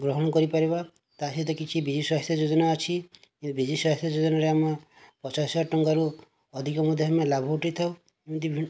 ଆମେ ଗ୍ରହଣ କରିପାରିବା ତା'ସହିତ କିଛି ବିଜୁସ୍ୱାସ୍ଥ୍ୟ ଯୋଜନା ଅଛି ବିଜୁସ୍ୱାସ୍ଥ୍ୟ ଯୋଜନାରେ ଆମ ପଚାଶ ହଜାର ଟଙ୍କାରୁ ଅଧିକ ମଧ୍ୟ ଆମେ ଲାଭ ଉଠାଇଥାଉ